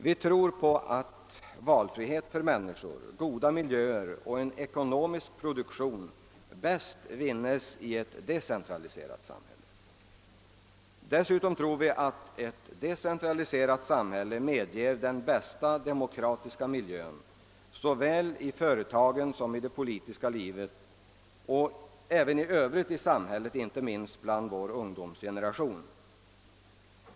Vi tror att valfrihet för människor, goda miljöer och en ekonomisk produktion bäst förverkligas i ett decentraliserat samhälle, och dessutom tror vi att ett sådant samhälle utgör den bästa demokratiska miljön, såväl då det gäller företagen som inom det politiska livet liksom i fråga om annat i samhället, inte minst vår ungdomsgeneration.